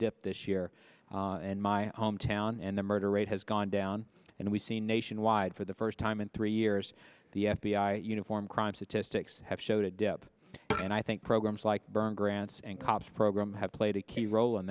dipped this year and my hometown and the murder rate has gone down and we see nationwide for the first time in three years the f b i uniform crime statistics have showed a dip and i think programs like burn grants and cops program have played a key role in